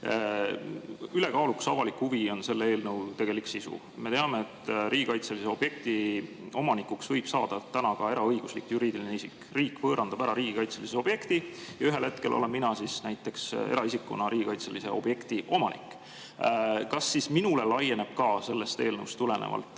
Ülekaalukas avalik huvi on selle eelnõu tegelik sisu. Me teame, et riigikaitselise objekti omanikuks võib saada ka eraõiguslik juriidiline isik. Riik võõrandab riigikaitselise objekti ja ühel hetkel olen mina näiteks eraisikuna riigikaitselise objekti omanik. Kas siis minule laieneb ka sellest eelnõust tulenevalt